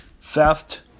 theft